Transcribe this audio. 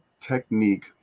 technique